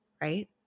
right